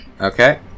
okay